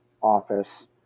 office